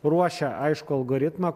ruošia aiškų algoritmą